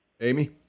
Amy